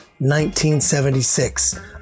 1976